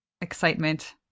excitement